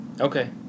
Okay